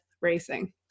racing